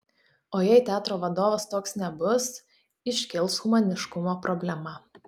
o jei teatro vadovas toks nebus iškils humaniškumo problema